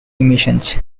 emissions